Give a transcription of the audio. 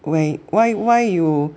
wh~ why why you